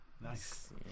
Nice